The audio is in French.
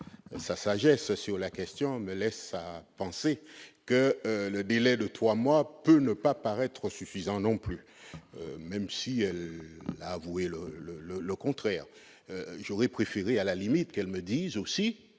de sagesse qu'elle a exprimé me laissent à penser que le délai de trois mois peut ne pas paraître suffisant non plus, même si elle dit le contraire. J'aurais préféré, à la limite, qu'elle me dise que